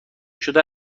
شده